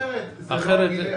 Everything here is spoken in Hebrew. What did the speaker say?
אחרת זה לא יילך.